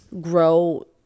grow